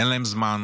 אין להם זמן,